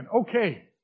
okay